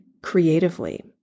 creatively